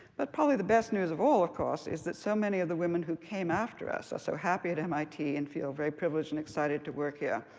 but probably the best news of all, of course, is that so many of the women who came after us are so happy at mit and feel very privileged and excited to work here.